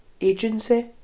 agency